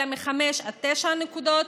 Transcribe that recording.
אלא מ-5 עד 9 נקודות.